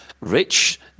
Rich